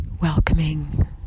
welcoming